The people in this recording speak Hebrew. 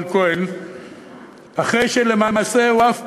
אחרי שלמעשה אף פעם,